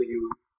use